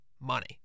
money